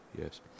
yes